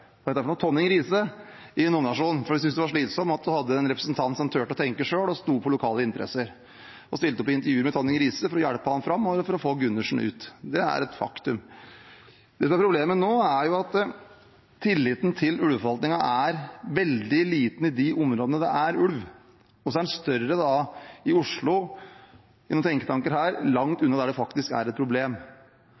Tonning Rise i nominasjonen. Hun syntes det var slitsomt å ha en representant som turte å tenke selv og stå for lokale interesser, og hun stilte opp på intervju med Tonning Rise for å hjelpe han fram og for å få Gundersen ut. Det er et faktum. Det som er problemet nå, er at tilliten til ulveforvaltningen er veldig liten i områdene der det er ulv. Og så er den større i Oslo, i noen tenketanker her, langt